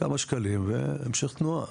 כמה שקלים והמשך תנועה.